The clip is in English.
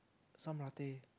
some latte